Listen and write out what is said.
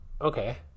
okay